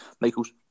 Michaels